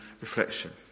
reflection